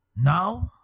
Now